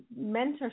mentorship